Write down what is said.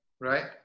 Right